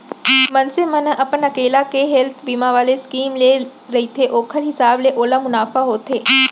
मनसे मन ह अपन अकेल्ला के हेल्थ बीमा वाले स्कीम ले रहिथे ओखर हिसाब ले ओला मुनाफा होथे